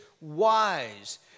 wise